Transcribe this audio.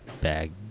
bag